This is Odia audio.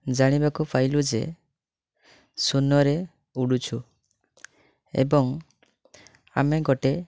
ଜାଣିବାକୁ ପାଇଲୁ ଯେ ଶୂନରେ ଉଡ଼ୁଛୁ ଏବଂ ଆମେ ଗୋଟିଏ